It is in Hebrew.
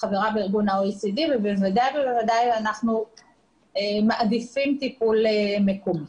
חברה ב-OECD ובוודאי אנחנו מעדיפים טיפול מקומי.